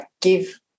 give